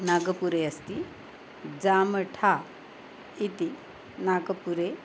नागपुरे अस्ति जामठा इति नागपुरे